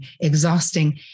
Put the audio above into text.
exhausting